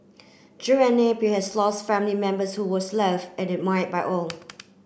Drew and Napier has lost family members who was loved and admired by all